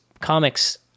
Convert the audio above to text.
comics